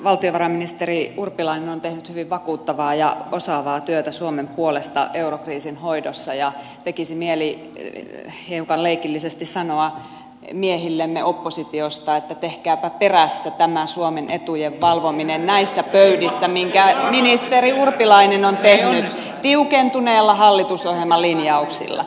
valtiovarainministeri urpilainen on tehnyt hyvin vakuuttavaa ja osaavaa työtä suomen puolesta eurokriisin hoidossa ja tekisi mieli hiukan leikillisesti sanoa miehillemme oppositiossa että tehkääpä perässä tämä suomen etujen valvominen näissä pöydissä minkä ministeri urpilainen on tehnyt tiukentuneilla hallitusohjelmalinjauksilla